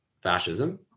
fascism